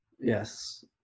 Yes